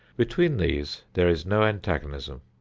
between these there is no antagonism.